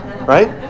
right